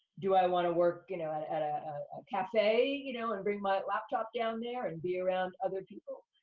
do i wanna work, you know, at at a cafe, you know, and bring my laptop down there and be around other people?